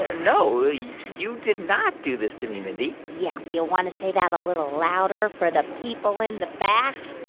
ah no, ah you did not do this to me, mindy yeah, you want to say that a little louder for the people in the back?